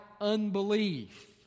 unbelief